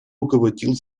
руководил